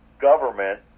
government